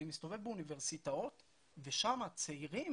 אני מסתובב באוניברסיטאות ושם הצעירים